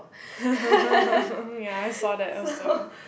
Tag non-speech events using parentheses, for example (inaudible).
(laughs) ya I saw that also